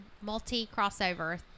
multi-crossover